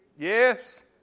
Yes